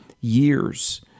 years